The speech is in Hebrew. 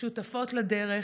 שותפות לדרך,